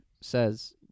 says